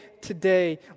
today